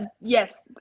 yes